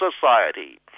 society